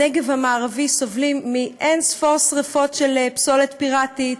בנגב המערבי סובלים מאין-ספור שרפות של פסולת פיראטית,